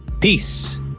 Peace